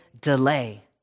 delay